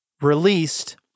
released